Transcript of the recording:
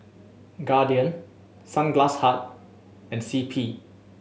Guardian Sunglass Hut and C P